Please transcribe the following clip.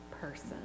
person